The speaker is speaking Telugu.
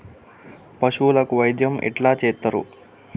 పశువులకు వైద్యం ఎట్లా చేత్తరు?